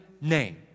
name